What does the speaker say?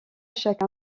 chaque